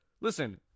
Listen